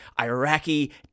Iraqi